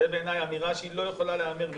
זאת בעיני אמירה שלא יכולה להיאמר בכלל,